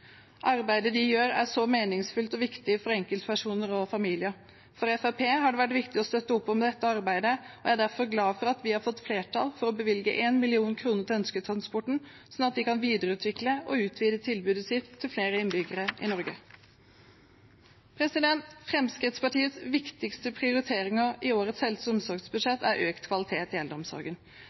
Arbeidet de gjør, er meningsfylt og viktig for enkeltpersoner og familier. For Fremskrittspartiet har det vært viktig å støtte opp om dette arbeidet. Jeg er derfor glad for at vi har fått flertall for å bevilge 1 mill. kr til Ønsketransporten, slik at de kan videreutvikle og utvide tilbudet sitt til flere innbyggere i Norge. Fremskrittspartiets viktigste prioriteringer i årets helse- og omsorgsbudsjett er økt kvalitet i eldreomsorgen.